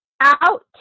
out